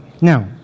Now